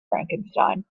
frankenstein